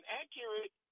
accurate